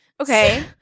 Okay